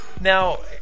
now